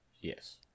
Yes